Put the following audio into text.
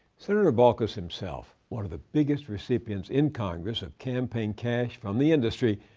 senator baucus himself, one of the biggest recipients in congress of campaign cash from the industry,